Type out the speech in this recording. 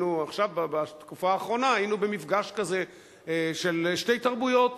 בתקופה האחרונה היינו במפגש כזה של שתי תרבויות.